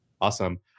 Awesome